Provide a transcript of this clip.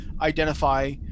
identify